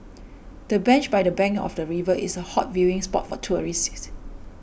the bench by the bank of the river is a hot viewing spot for tourists